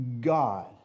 God